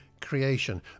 creation